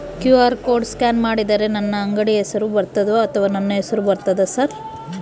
QR code scan ಮಾಡಿದರೆ ನನ್ನ ಅಂಗಡಿ ಹೆಸರು ಬರ್ತದೋ ಅಥವಾ ನನ್ನ ಹೆಸರು ಬರ್ತದ ಸರ್?